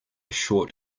short